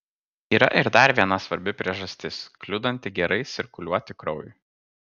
yra ir dar viena svarbi priežastis kliudanti gerai cirkuliuoti kraujui